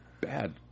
bad